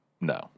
no